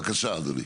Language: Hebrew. בבקשה, אדוני.